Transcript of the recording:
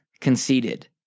conceded